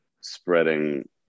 spreading